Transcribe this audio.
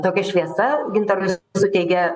tokia šviesa gintaras suteikia